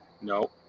No